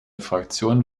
fraktion